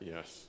Yes